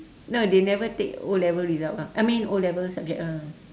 no they never take O-level result ah I mean O-level subject ah